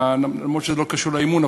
אף שזה לא קשור לאי-אמון,